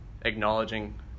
acknowledging